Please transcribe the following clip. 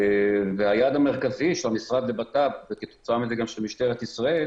היעד המרכזי של המשרד לביטחון פנים ושל משטרת ישראל